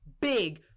big